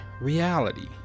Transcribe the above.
reality